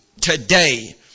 today